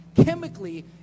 chemically